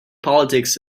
politics